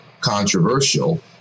controversial